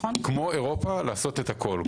כמו אירופה לעשות את הכל.